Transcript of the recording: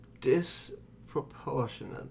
disproportionate